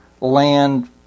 land